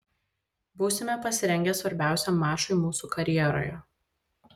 būsime pasirengę svarbiausiam mačui mūsų karjeroje